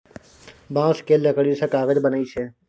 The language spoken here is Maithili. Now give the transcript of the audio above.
बांस केर लकड़ी सँ कागज बनइ छै